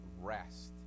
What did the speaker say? rest